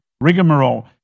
rigmarole